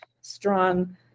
strong